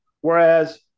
Whereas